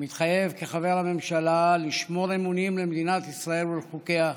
מתחייב כחבר הממשלה לשמור אמונים למדינת ישראל ולחוקיה,